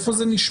איפה זה נשמע?